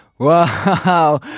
Wow